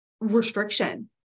restriction